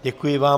Děkuji vám.